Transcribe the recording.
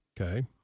Okay